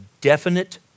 definite